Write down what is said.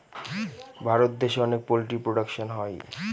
ভারত দেশে অনেক poultry production হয়